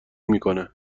میکنه